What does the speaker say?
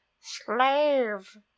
Slave